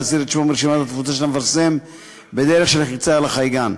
להסיר את שמו מרשימת התפוצה של המפרסם בדרך של לחיצה על החייגן.